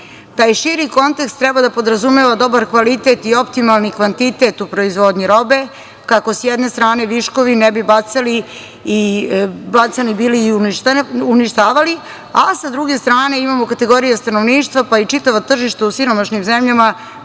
širi kontekst treba da podrazumeva dobar kvalitet i optimalni kvantitet u proizvodnji robe, kako s jedne strane viškovi ne bi bacani bili i uništavani, a sa druge strane imamo kategorije stanovništva, pa i čitava tržišta u siromašnim zemljama